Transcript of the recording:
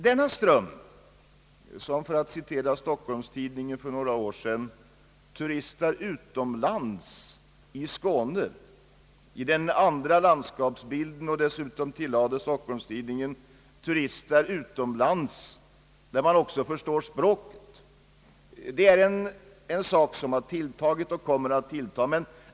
Denna ström av turister, som, för att citera Stockholms-Tidningen för några år sedan, »turistar utomlands i Skåne» och dessutom »turistar utomlands, där man också förstår språket», är någonting som har tilltagit och kommer att tilltaga.